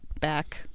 back